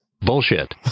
Bullshit